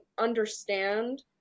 understand